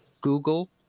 Google